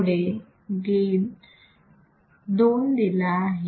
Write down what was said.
पुढे गेन 2 दिला आहे